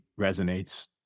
resonates